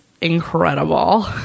incredible